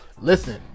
Listen